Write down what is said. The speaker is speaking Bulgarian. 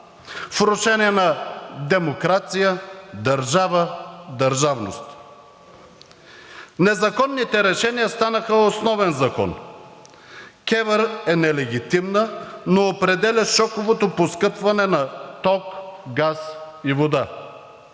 рушене на демокрация, държава, държавност. Незаконните решения станаха основен закон. КЕВР е нелегитимна, но определя шоковото поскъпване на ток, газ и вода.